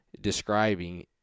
describing